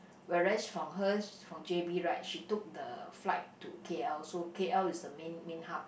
whereas from her from j_b right she took the flight to k_l so k_l is the main main hub